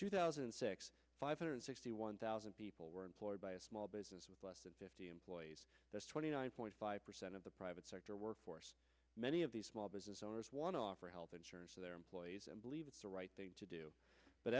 two thousand and six five hundred sixty one thousand people were employed by a small business with less than fifty employees twenty nine point five percent of the private sector workforce many of these small business owners want to offer health insurance to their employees and believe it's the right thing to do but